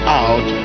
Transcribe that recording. out